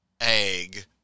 egg